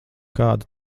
kāda